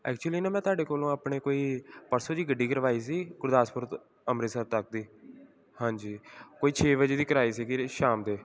actually ਨਾ ਮੈਂ ਤੁਹਾਡੇ ਕੋਲੋਂ ਆਪਣੇ ਕੋਈ ਪਰਸੋਂ ਜਿਹੇ ਗੱਡੀ ਕਰਵਾਈ ਸੀ ਗੁਰਦਾਸਪੁਰ ਤੋਂ ਅੰਮ੍ਰਿਤਸਰ ਤੱਕ ਦੀ ਹਾਂਜੀ ਕੋਈ ਛੇ ਵਜੇ ਦੀ ਕਰਵਾਈ ਸੀਗੀ ਸ਼ਾਮ ਦੇ